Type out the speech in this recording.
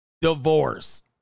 divorce